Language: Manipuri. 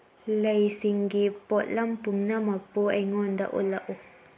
ꯂꯩꯁꯤꯡꯒꯤ ꯄꯣꯠꯂꯝ ꯄꯨꯝꯅꯃꯛꯄꯨ ꯑꯩꯉꯣꯟꯗ ꯎꯠꯂꯛꯎ